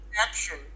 action